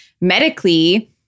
medically